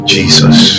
Jesus